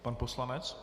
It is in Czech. Pan poslanec?